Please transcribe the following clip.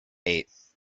eight